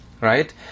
right